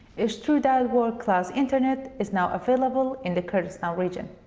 it's true that world class internet is now available in the kurdistan region.